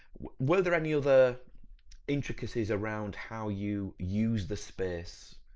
were there any other intricacies around how you use the space?